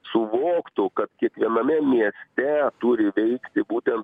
suvoktų kad kiekviename mieste turi veikti būtent